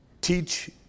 teach